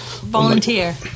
Volunteer